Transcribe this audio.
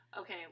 Okay